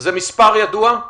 זה מספר ידוע?